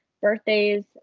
birthdays